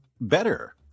better